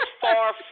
far